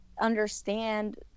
understand